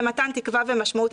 למתן תקווה ומשמעות,